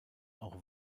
auch